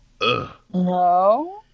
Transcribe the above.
no